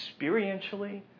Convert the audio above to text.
experientially